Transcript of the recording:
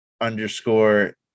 underscore